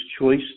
choice